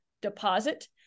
deposit